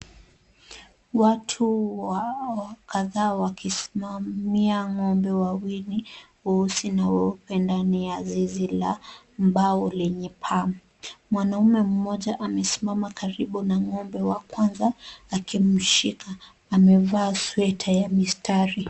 Watu kadhaa wakisimamia ng'ombe wawili weusi na weupe ndani ya zizi la mbao lenye paa. Mwanaume mmoja amesimama karibu na ng'ombe wa kwanza akimshika. Amevaa sweta ya mistari.